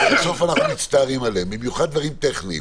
בסוף אנחנו מצטערים עליהן, במיוחד דברים טכניים.